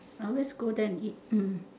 ah let's go there and eat hmm